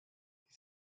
die